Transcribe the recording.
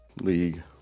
League